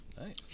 Nice